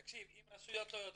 תקשיב, אם רשויות לא יודעות,